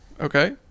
Okay